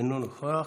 אינו נוכח.